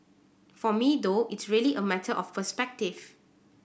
for me though it's really a matter of perspective